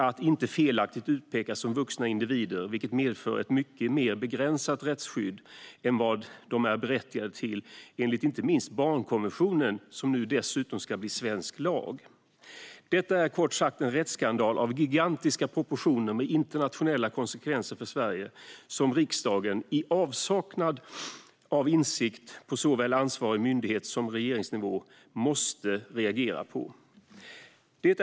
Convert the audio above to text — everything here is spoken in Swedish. Att felaktigt utpekas som vuxna individer medför ett mycket mer begränsat rättsskydd än vad de är berättigade till enligt inte minst barnkonventionen, som nu dessutom ska bli svensk lag. Detta är kort sagt en rättsskandal av gigantiska proportioner med internationella konsekvenser för Sverige. Riksdagen måste, i avsaknad av insikt på såväl ansvarig myndighets som regeringsnivå, reagera på detta.